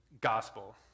Gospel